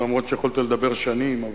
אף-על-פי שיכולתי לדבר שנים.